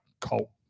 cult